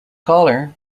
caller